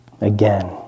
Again